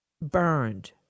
burned